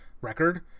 record